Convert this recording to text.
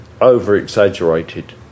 over-exaggerated